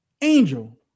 Angel